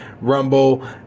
rumble